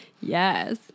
Yes